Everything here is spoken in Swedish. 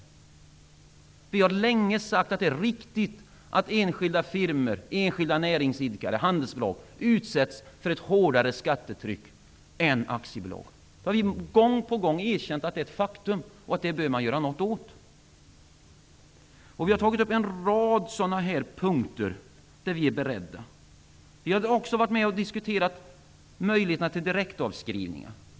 Och vi har länge sagt att det är riktigt att enskilda firmor, enskilda näringsidkare och handelsbolag utsätts för ett hårdare skattetryck än som gäller för aktiebolag. Gång på gång har vi medgett detta faktum och tyckt att man bör göra något åt detta. Vi har nämnt en rad punkter där vi är beredda. Vi hade också varit med och diskuterat möjligheterna till direktavskrivningar.